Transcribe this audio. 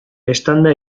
eztanda